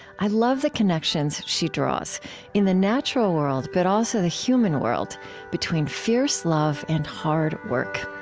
i love the connections she draws in the natural world but also the human world between fierce love and hard work